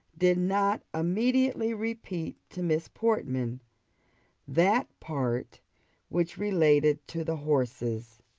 did not immediately repeat to miss portman that part which related to the horses.